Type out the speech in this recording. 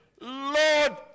Lord